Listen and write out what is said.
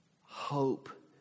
hope